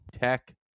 Tech